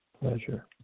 pleasure